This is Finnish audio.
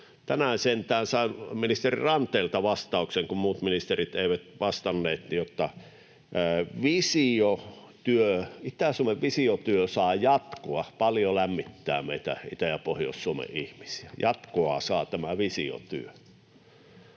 Tänään sentään sain ministeri Ranteelta vastauksen, kun muut ministerit eivät vastanneet, että Itä-Suomen visiotyö saa jatkoa. Paljon lämmittää meitä Itä- ja Pohjois-Suomen ihmisiä: jatkoa saa tämä visiotyö.